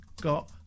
got